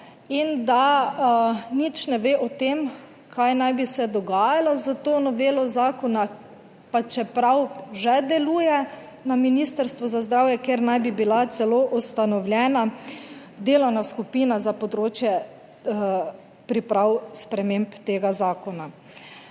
in da nič ne ve o tem, kaj naj bi se dogajalo s to novelo zakona, pa čeprav že deluje na Ministrstvu za zdravje, kjer naj bi bila celo ustanovljena delovna skupina za področje priprav sprememb tega zakona.